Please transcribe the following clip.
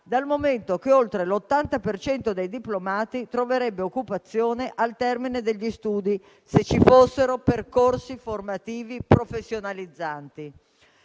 dal momento che oltre l'80 per cento dei diplomati troverebbe occupazione al termine degli studi, se ci fossero percorsi formativi professionalizzanti.